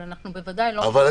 אבל אני מציע,